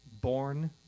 born